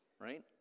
right